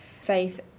faith